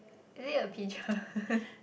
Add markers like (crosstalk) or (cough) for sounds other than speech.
is it a pigeon (laughs)